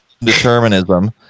determinism